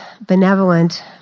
benevolent